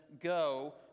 go